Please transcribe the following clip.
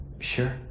Sure